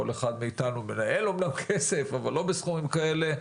כל אחד מאיתנו מנהל אמנם כסף אבל לא בסכומים כאלה.